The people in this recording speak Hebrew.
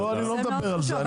אני לא מדבר על זה.